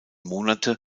monate